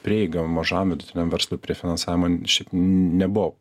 prieiga mažam vidutiniam verslui prie finansavimo šiaip nebuvo